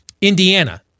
Indiana